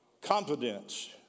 Confidence